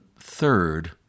third